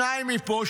שניים מפה,